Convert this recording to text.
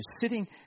sitting